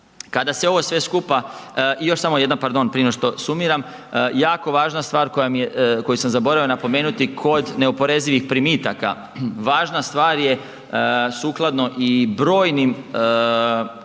Kada se ovo sve skupa i još samo jedna pardon prije nego što sumiram, jako važna stvar koja mi je, koju sam zaboravio napomenuti kod neoporezivih primitaka. Važna stvar je sukladno i brojnim